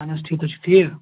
اَہن حظ ٹھیٖک تُہۍ چھِو ٹھیٖک